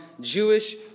Jewish